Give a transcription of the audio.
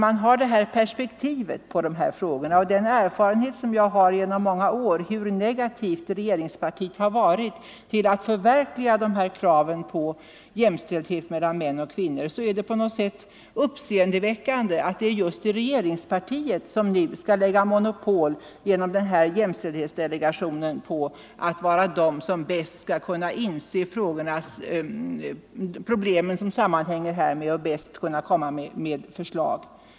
Med detta perspektiv på frågorna och med den erfarenhet som jag har om hur negativt regeringspartiet har varit till att förverkliga kraven på jämställdhet mellan män och kvinnor, så är det på något sätt uppseendeväckande att det just är i regeringspartiet som man genom jämställdhetsdelegationen skall ha monopol på att vara den som bäst inser problemen och kan lägga fram de bästa förslagen.